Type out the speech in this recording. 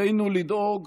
עלינו לדאוג